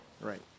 Right